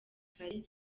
kare